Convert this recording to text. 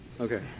Okay